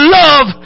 love